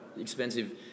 expensive